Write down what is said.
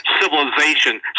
civilization